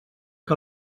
que